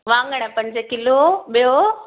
वांङण पंज किलो ॿियो